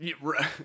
Right